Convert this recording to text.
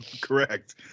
Correct